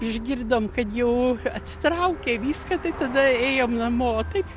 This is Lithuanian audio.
išgirdom kad jau atsitraukė viską tai tada ėjom namo o taip